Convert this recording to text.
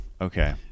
okay